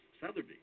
Sotheby's